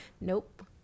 Nope